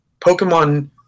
Pokemon